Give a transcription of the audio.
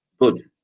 Good